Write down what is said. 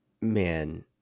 man